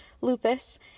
lupus